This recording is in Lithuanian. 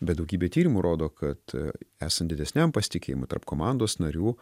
bet daugybė tyrimų rodo kad esant didesniam pasitikėjimui tarp komandos narių